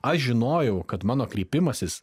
aš žinojau kad mano kreipimasis